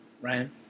Ryan